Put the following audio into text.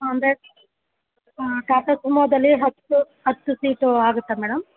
ಅಂದರೆ ಹಾಂ ಟಾಟಾ ಸುಮೋದಲ್ಲಿ ಹತ್ತು ಹತ್ತು ಸೀಟು ಆಗುತ್ತಾ ಮೇಡಮ್